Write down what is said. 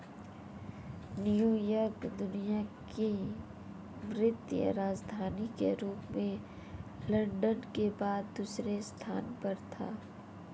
New York दुनिया की वित्तीय राजधानी के रूप में लंदन के बाद दूसरे स्थान पर था